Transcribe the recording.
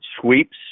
sweeps